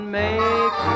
make